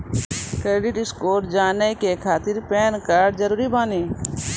Credit score जाने के खातिर पैन कार्ड जरूरी बानी?